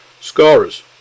Scorers